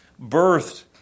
birthed